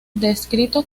descrito